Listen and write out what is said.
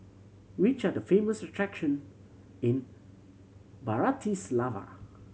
which are the famous attraction in Bratislava